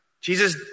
Jesus